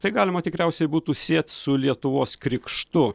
tai galima tikriausiai būtų siet su lietuvos krikštu